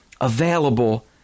available